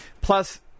Plus